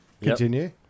Continue